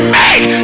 make